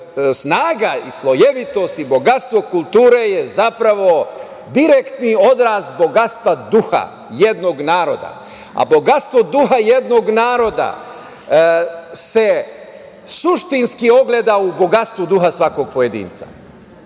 snaga, slojevitost i bogatstvo kulture je zapravo direktni odraz bogatstva duha jednog naroda. Bogatstvo duha jednog naroda se suštinski ogleda u bogatstvu duga svakog pojedinca. Da,